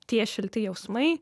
tie šilti jausmai